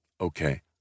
okay